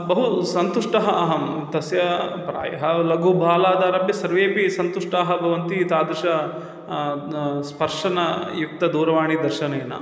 बहु सन्तुष्टः अहं तस्याः प्रायः लघुबालादारभ्य सर्वेऽपि सन्तुष्टाः भवन्ति तादृशेन स्पर्शयुक्तदूवाणीदर्शनेन